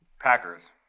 Packers